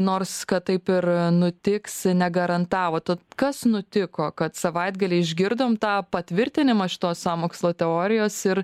nors kad taip ir nutiks negarantavot ot kas nutiko kad savaitgalį išgirdom tą patvirtinimą šitos sąmokslo teorijos ir